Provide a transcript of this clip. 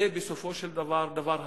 זה בסופו של דבר דבר הרסני,